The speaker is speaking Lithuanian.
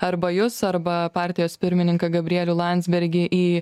arba jus arba partijos pirmininką gabrielių landsbergį į